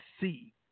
see